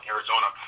Arizona